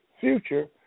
future